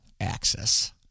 access